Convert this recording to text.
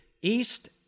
East